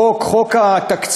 החוק, חוק התקציב